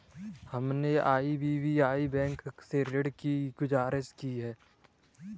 हमने IDBI bank से ऋण की गुजारिश की है